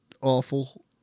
awful